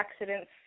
accidents